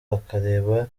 akareba